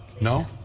No